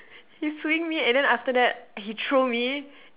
he swing me and then after that he throw me